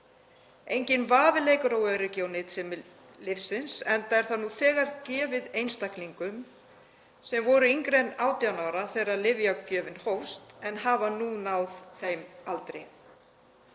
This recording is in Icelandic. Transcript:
Enginn vafi leikur á öryggi og nytsemi lyfsins, enda er það nú þegar gefið einstaklingum sem voru yngri en 18 ára þegar lyfjagjöfin hófst en hafa nú náð þeim aldri.